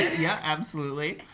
yeah, absolutely.